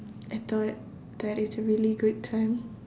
I thought that it's a really good time